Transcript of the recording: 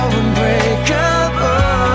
unbreakable